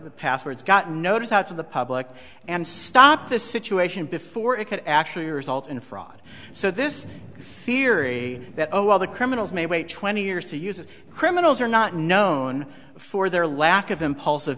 the passwords got notice out to the public and stop the situation before it could actually result in fraud so this theory that oh well the criminals may wait twenty years to use it criminals are not known for their lack of impulsive